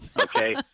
okay